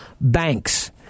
banks